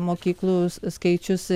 mokyklų skaičius